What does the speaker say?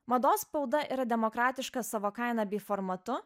mados spauda yra demokratiška savo kaina bei formatu